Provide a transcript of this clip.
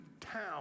town